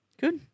Good